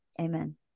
amen